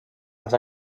als